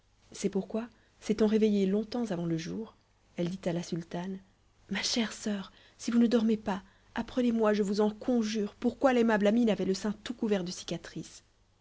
c'est pourquoi s'étant réveillée longtemps avant le jour elle dit à la sultane ma chère soeur si vous ne dormez pas apprenezmoi je vous en conjure pourquoi l'aimable amine avait le sein tout couvert de cicatrices